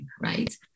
right